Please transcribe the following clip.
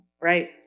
Right